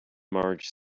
marge